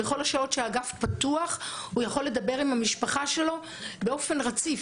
בכל השעות שהאגף פתוח הוא יכול לדבר עם המשפחה שלו באופן רציף.